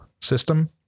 system